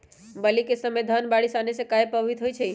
बली क समय धन बारिस आने से कहे पभवित होई छई?